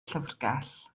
llyfrgell